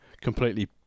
completely